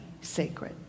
sacred